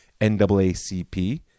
NAACP